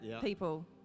people